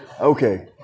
Okay